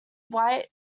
white